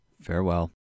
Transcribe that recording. farewell